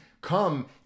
come